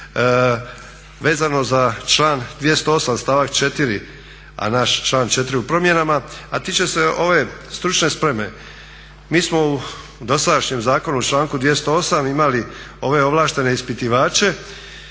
vezano za član 208. stavak 4. a naš član 4. u promjenama a tiče se ove stručne spreme. Mi smo u dosadašnjem zakonu u članku 208. imali ove ovlaštene ispitivače